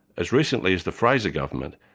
as recently as the fraser government,